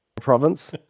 province